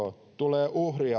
tulee uhria